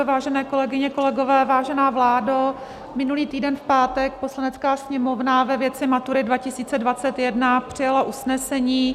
Vážené kolegyně, kolegové, vážená vládo, minulý týden v pátek Poslanecká sněmovna ve věci maturit 2021 přijala usnesení.